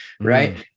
Right